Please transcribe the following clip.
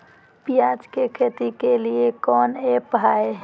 प्याज के खेती के लिए कौन ऐप हाय?